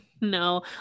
no